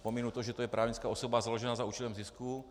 Pominu to, že je to právnická osoba založená za účelem zisku.